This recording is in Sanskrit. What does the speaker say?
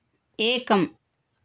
एकम्